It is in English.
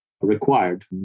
Required